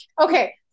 Okay